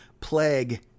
plague